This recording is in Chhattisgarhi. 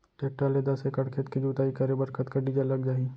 टेकटर ले दस एकड़ खेत के जुताई करे बर कतका डीजल लग जाही?